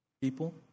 People